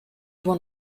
one